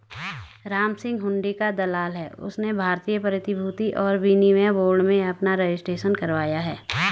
रामसिंह हुंडी का दलाल है उसने भारतीय प्रतिभूति और विनिमय बोर्ड में अपना रजिस्ट्रेशन करवाया है